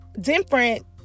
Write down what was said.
different